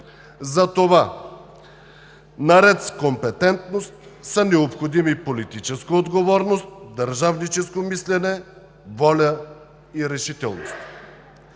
Затова, наред с компетентност, са необходими политическа отговорност, държавническо мислене, воля и решителност.